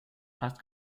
passt